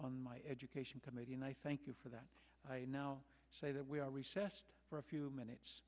on my education committee and i thank you for that i now say that we are recessed for a few minutes